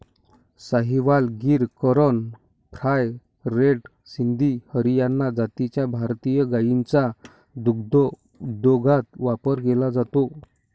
Sahiwal, Gir, Karan Fries, Red Sindhi, Haryana जातीच्या भारतीय गायींचा दुग्धोद्योगात वापर केला जातो